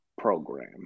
program